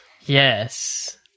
Yes